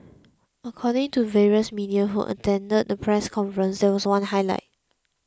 according to various media who attended the press conference there was one highlight